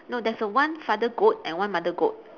no that's a one father goat and one mother goat